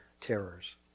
terrors